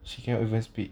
she cannot even speak